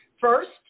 First